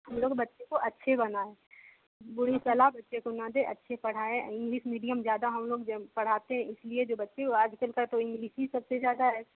हम लोग बच्चे को अच्छे बनाएँ बुरी सलाह बच्चे को न दें अच्छे पढ़ाएँ इंग्लिस मीडियम ज़्यादा हम लोग जम पढ़ाते हैं इसलिए जो बच्चे वे आज कल का तो इंग्लिस ही सबसे ज़्यादा है